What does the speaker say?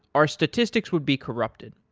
our statistics would be corrupted.